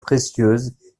précieuse